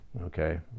okay